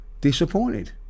disappointed